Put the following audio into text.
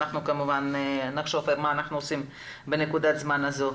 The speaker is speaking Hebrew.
אנחנו כמובן נחשוב מה אנחנו עושים בנקודת הזמן הזאת.